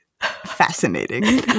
fascinating